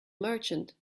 merchant